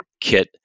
kit